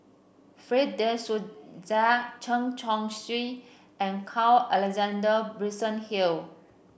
Fred De Souza Chen Chong Swee and Carl Alexander Gibson Hill